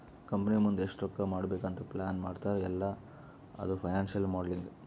company ಮುಂದ್ ಎಷ್ಟ ರೊಕ್ಕಾ ಮಾಡ್ಬೇಕ್ ಅಂತ್ ಪ್ಲಾನ್ ಮಾಡ್ತಾರ್ ಅಲ್ಲಾ ಅದು ಫೈನಾನ್ಸಿಯಲ್ ಮೋಡಲಿಂಗ್